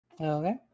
okay